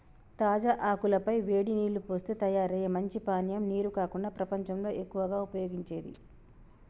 తాజా ఆకుల పై వేడి నీల్లు పోస్తే తయారయ్యే మంచి పానీయం నీరు కాకుండా ప్రపంచంలో ఎక్కువగా ఉపయోగించేది